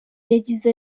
yagize